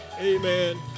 Amen